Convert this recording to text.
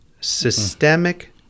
systemic